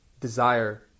desire